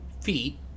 feet